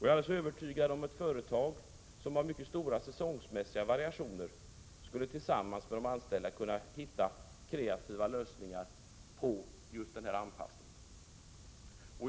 Jag är övertygad om att ett företag som har mycket stora säsongmässiga variationer skulle tillsammans med de anställda kunna komma fram till kreativa lösningar på grundval av en sådan här anpassning.